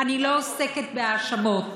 אני לא עוסקת בהאשמות,